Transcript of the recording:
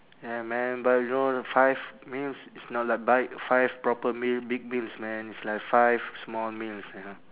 ya man but you know five meals it's not like bite five proper meal big meals man it's like five small meals you know